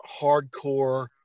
hardcore